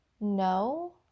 no